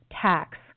tax